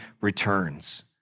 returns